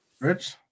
Rich